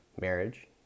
marriage